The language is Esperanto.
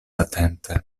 atente